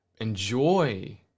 enjoy